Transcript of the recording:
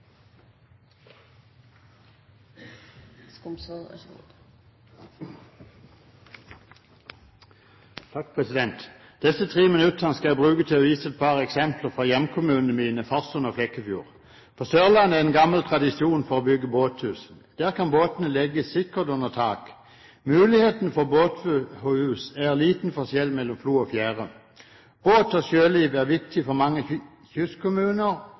tre minuttene skal jeg bruke til å vise et par eksempler fra hjemkommunen min, Farsund, og nabokommunen Flekkefjord. På Sørlandet er det en gammel tradisjon å bygge båthus. Der kan båtene legges sikkert under tak. Muligheten for båthus ligger i liten forskjell mellom flo og fjære. Båt og sjøliv er viktig for mange i